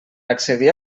accedir